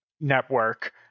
network